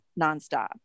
nonstop